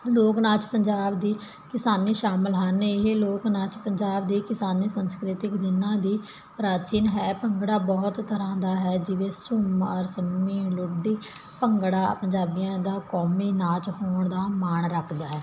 ਲੋਕ ਨਾਚ ਪੰਜਾਬ ਦੀ ਕਿਸਾਨੀ ਸ਼ਾਮਿਲ ਹਨ ਇਹ ਲੋਕ ਨਾਚ ਪੰਜਾਬ ਦੇ ਕਿਸਾਨੀ ਸੰਸਕ੍ਰਿਤਿਕ ਜਿਹਨਾਂ ਦੀ ਪ੍ਰਾਚੀਨ ਹੈ ਭੰਗੜਾ ਬਹੁਤ ਤਰ੍ਹਾਂ ਦਾ ਹੈ ਜਿਵੇਂ ਝੂਮਰ ਸੰਮੀ ਲੁੱਡੀ ਭੰਗੜਾ ਪੰਜਾਬੀਆਂ ਦਾ ਕੌਮੀ ਨਾਚ ਹੋਣ ਦਾ ਮਾਣ ਰੱਖਦਾ ਹੈ